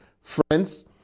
Friends